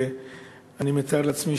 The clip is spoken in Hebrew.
ואני מתאר לעצמי,